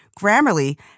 Grammarly